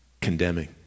condemning